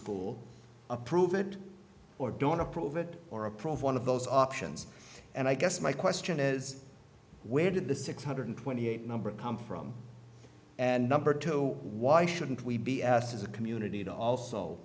school approve it or don't approve it or approach one of those options and i guess my question is where did the six hundred twenty eight number come from and number two why shouldn't we be asked as a community to also